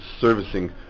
servicing